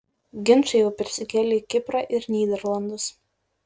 ginčai jau persikėlė į kiprą ir nyderlandus